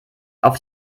auf